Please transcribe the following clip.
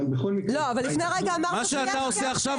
מה שאתה עושה עכשיו,